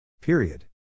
Period